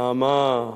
נעמה,